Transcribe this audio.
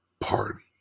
Party